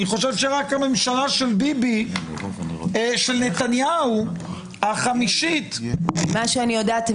אני חושבת שרק הממשלה של נתניהו החמישית --- ממה שאני יודעת,